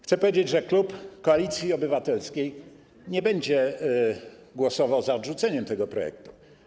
Chcę powiedzieć, że klub Koalicji Obywatelskiej nie będzie głosował za odrzuceniem tego projektu.